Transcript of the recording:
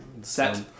set